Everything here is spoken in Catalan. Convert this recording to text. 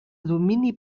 domini